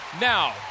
Now